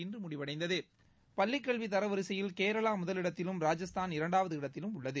இன்று முடிவடைந்தது பள்ளிக்கல்வி தரவரிசையில் கேரளா முதலிடத்திலும் ராஜஸ்தான் இரண்டாவது இடத்திலும் உள்ளது